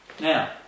Now